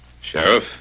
Sheriff